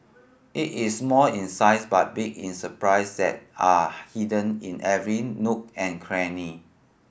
it is small in size but big in surprise that are hidden in every nook and cranny